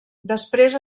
després